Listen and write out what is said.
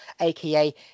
aka